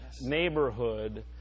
neighborhood